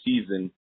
season